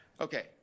Okay